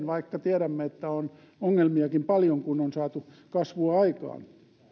vaikka tiedämme että on ongelmiakin paljon kun on saatu kasvua aikaan